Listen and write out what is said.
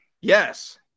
Yes